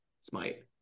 smite